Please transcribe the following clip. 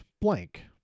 blank